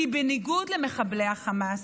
כי בניגוד למחבלי החמאס,